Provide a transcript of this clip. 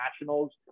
Nationals